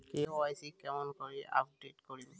KYC কেঙ্গকরি update করিম?